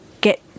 get